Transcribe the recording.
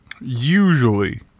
Usually